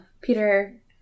Peter